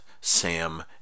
Sam